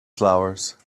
flowers